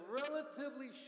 relatively